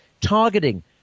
targeting